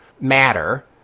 matter